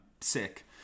sick